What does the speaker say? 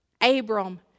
Abram